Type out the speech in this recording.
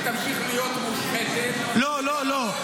תמשיך להיות מושחתת ותעבור מאב לבן --- לא לא לא.